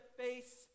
face